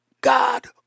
God